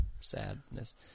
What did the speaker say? sadness